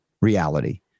reality